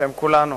בשם כולנו.